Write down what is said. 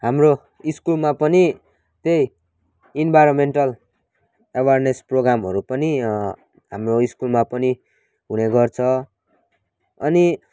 हाम्रो स्कुलमा पनि त्यही इन्भाइरोमेन्टल अवेर्नेस प्रोगामहरू पनि हाम्रो स्कुलमा पनि हुने गर्छ अनि